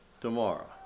Tomorrow